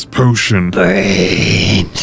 potion